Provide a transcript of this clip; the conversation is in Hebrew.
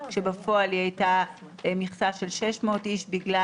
כאשר בפועל היא הייתה מכסה של 600 איש בגלל